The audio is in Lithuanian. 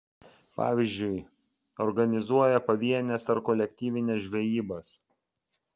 pavyzdžiui organizuoja pavienes ar kolektyvines žvejybas